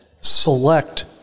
select